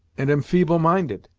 and am feeble-minded.